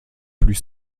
plus